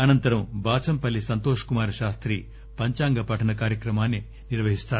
అనంతరం బాచంపల్లి సంతోష్ కుమార్ శాస్తి పంచాంగ పఠన కార్యక్రమాన్ని నిర్వహిస్తారు